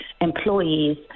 employees